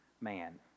man